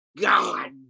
God